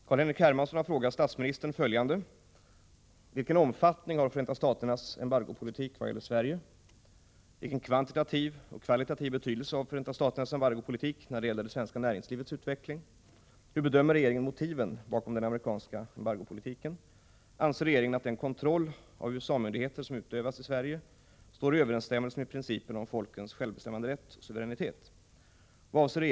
Herr talman! Carl-Henrik Hermansson har frågat statsministern följande: 1. Vilken omfattning har Förenta Staternas embargopolitik i vad gäller Sverige? 2. Vilken kvantitativ och kvalitativ betydelse har Förenta Staternas embargopolitik när det gäller det svenska näringslivets utveckling? 3. Hur bedömer regeringen motiven bakom den amerikanska embargopolitiken? 4. Anser regeringen att den kontroll av USA-myndigheter som utövas i Sverige står i överensstämmelse med principerna om folkens självbestämmanderätt och suveränitet?